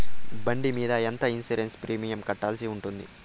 బండి మీద ఎంత ఇన్సూరెన్సు ప్రీమియం కట్టాల్సి ఉంటుంది?